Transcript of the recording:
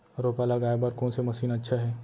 रोपा लगाय बर कोन से मशीन अच्छा हे?